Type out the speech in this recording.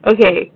Okay